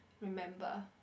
remember